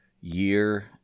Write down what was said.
year